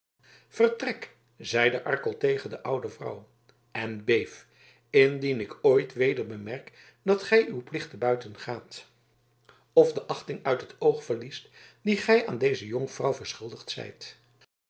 vertrek zeide arkel tegen de oude vrouw en beef indien ik ooit weder bemerk dat gij uw plicht te buiten gaat of de achting uit het oog verliest die gij aan deze jonkvrouw verschuldigd zijt